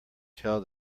tell